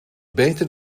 beter